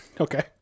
Okay